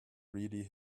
really